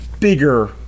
Bigger